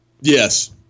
Yes